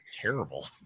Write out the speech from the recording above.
Terrible